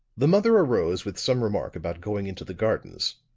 the mother arose with some remark about going into the gardens,